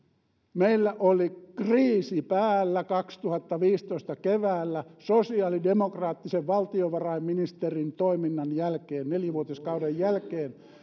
meillä oli kriisi päällä vuoden kaksituhattaviisitoista keväällä sosialidemokraattisen valtiovarainministerin toiminnan jälkeen nelivuotiskauden jälkeen